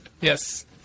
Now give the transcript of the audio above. Yes